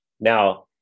Now